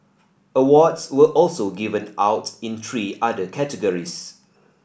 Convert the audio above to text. awards were also given out in three other categories